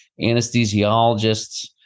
anesthesiologists